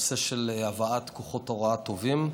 הנושא של הבאת כוחות הוראה טובים,